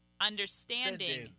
Understanding